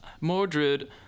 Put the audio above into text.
Mordred